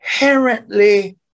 inherently